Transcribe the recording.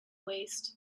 waste